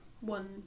one